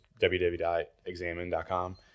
www.examine.com